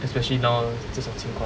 especially now 这种情况